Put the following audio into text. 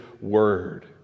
word